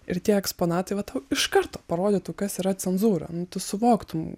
ir tie eksponatai va tau iš karto parodytų kas yra cenzūra nu tu suvoktum